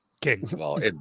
King